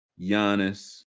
Giannis